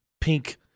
pink